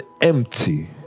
empty